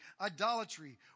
idolatry